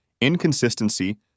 inconsistency